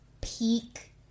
peak